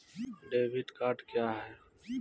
Debit card क्या हैं?